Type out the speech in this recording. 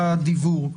הדיוור.